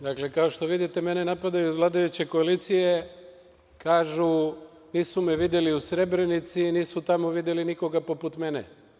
Dakle, kao što vidite, mene napadaju iz vladajuće koalicije, kažu – nisu me videli u Srebrenici, nisu tamo videli nikoga poput mene.